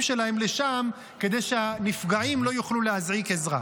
שלהם לשם כדי שהנפגעים לא יוכלו להזעיק עזרה.